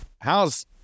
how's